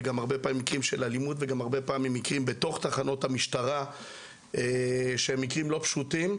מקרים של אלימות ומקרים בתוך תחנות המשטרה שהם לא פשוטים.